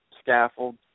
scaffold